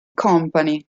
company